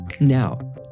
Now